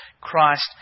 Christ